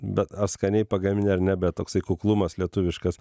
bet ar skaniai pagamini ar ne bet toksai kuklumas lietuviškas